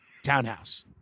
townhouse